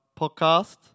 podcast